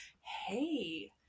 Hey